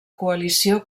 coalició